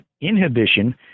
inhibition